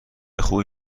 خوبی